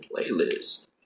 playlist